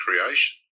creation